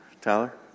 Tyler